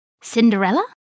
Cinderella